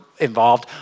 Involved